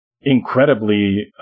incredibly